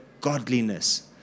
godliness